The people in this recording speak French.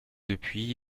depuis